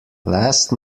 last